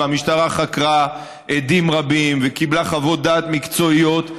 והמשטרה חקרה עדים רבים וקיבלה חוות דעת מקצועיות,